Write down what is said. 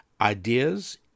ideas